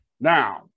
Now